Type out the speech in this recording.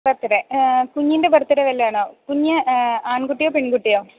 birthday കുഞ്ഞിൻ്റെ birthday വല്ലതുമാണോ കുഞ്ഞ് ആൺകുട്ടിയോ പെൺകുട്ടിയോ